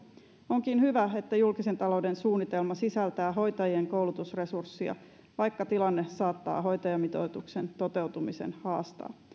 onkin hyvä että julkisen talouden suunnitelma sisältää hoitajien koulutusresurssia vaikka tilanne saattaa hoitajamitoituksen toteutumisen haastaa